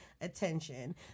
attention